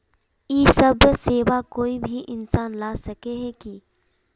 इ सब सेवा कोई भी इंसान ला सके है की?